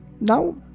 now